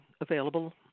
available